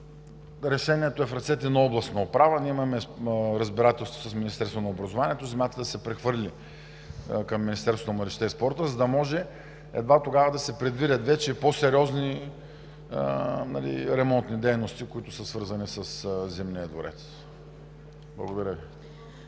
решението е в ръцете на областната управа. Ние имаме разбирателство с Министерството на образованието и науката земята да се прехвърли към Министерството на младежта и спорта, за да може едва тогава да се предвидят и по-сериозни ремонтни дейности, свързани със Зимния дворец. Благодаря Ви.